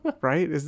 Right